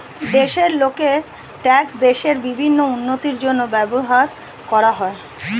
দেশের লোকের ট্যাক্স দেশের বিভিন্ন উন্নতির জন্য ব্যবহার করা হয়